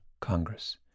Congress